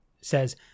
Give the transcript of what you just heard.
says